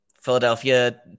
Philadelphia